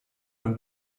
nel